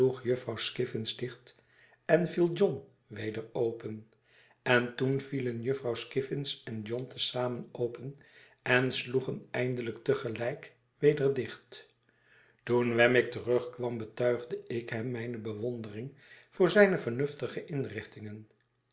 sloegjufvrouw skiffins dicht en viel john weder open en toen vielen jufvrouw skiffins en john te zamen open en sloegen eindelijk te gelijk weder dicht toen wemmick terugkwam betuigde ik hem mijne bewondering voor zijne vernuftige inrichtingen